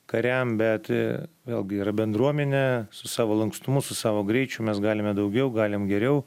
kariam bet vėlgi yra bendruomenė su savo lankstumu su savo greičiu mes galime daugiau galim geriau